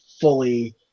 fully